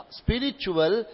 spiritual